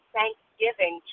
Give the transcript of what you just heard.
Thanksgiving